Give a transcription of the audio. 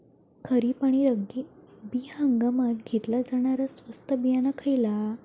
खरीप आणि रब्बी हंगामात घेतला जाणारा स्वस्त बियाणा खयला?